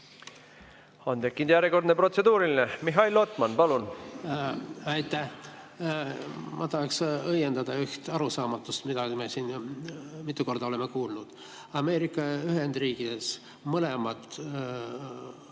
On tekkinud järjekordne protseduuriline. Mihhail Lotman, palun! Aitäh! Ma tahaks õiendada üht arusaamatust, mida me siin mitu korda oleme kuulnud. Ameerika Ühendriikides mõlemad